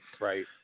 right